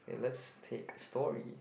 let's take story